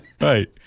Right